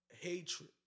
Hatred